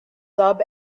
sub